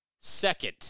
second